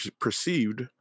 perceived